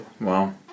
wow